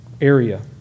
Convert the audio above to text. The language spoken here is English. area